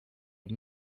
une